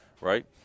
right